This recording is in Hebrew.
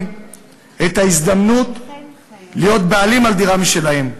את ההזדמנות להיות בעלים על דירה משלהם.